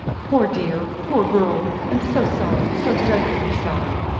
poor dear poor girl. i'm so sorry so dreadfully sorry!